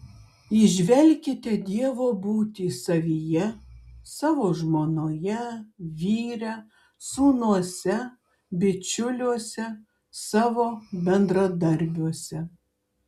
įžvelkite dievo būtį savyje savo žmonoje vyre sūnuose bičiuliuose savo bendradarbiuose